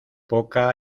poca